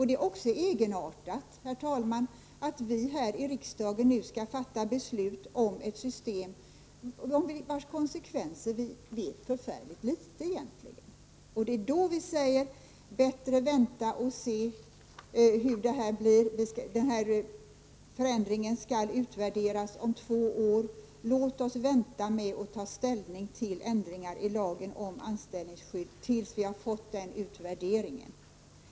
Det är också egenartat, herr talman, att vi här i riksdagen nu skall fatta beslut om ett system vars konsekvenser vi egentligen vet förfärligt litet om. Det är i detta läge som vi säger: Det är bättre att vänta och se hur utfallet blir. Förändringen skall utvärderas om två år. Låt oss vänta med att ta ställning till ändringar i lagen om anställningsskydd till dess att vi har fått den utvärderingen.